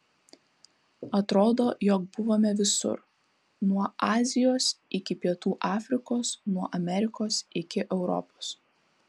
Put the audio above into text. atrodo jog buvome visur nuo azijos iki pietų afrikos nuo amerikos iki europos